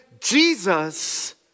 Jesus